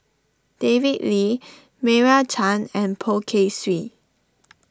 David Lee Meira Chand and Poh Kay Swee